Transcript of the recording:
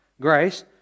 grace